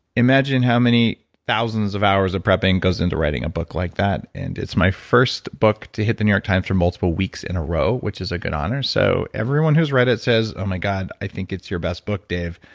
imagine how many thousands of hours of prepping goes into writing a book like that and it's my book to hit the new york times for multiple weeks in a row, which is an honor. so everyone who's read it says, oh my god, i think it's your best book dave.